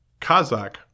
Kazakh